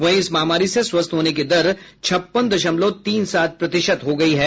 वहीं इस महामारी से स्वस्थ होने की दर छप्पन दशमलव तीन सात प्रतिशत हो गई है